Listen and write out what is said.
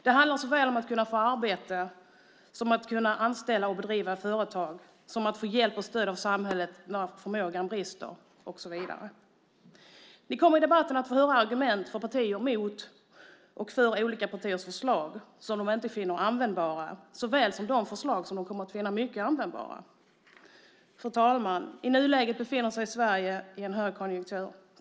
Det handlar såväl om att kunna få arbete, om att kunna anställa och om att bedriva företag som om att få hjälp och stöd av samhället när förmågan brister och så vidare. Ni kommer i debatten att få höra argument för och mot olika partiers förslag som de finner mycket användbara eller inte användbara. Fru talman! I nuläget befinner sig Sverige i en högkonjunktur.